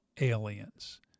aliens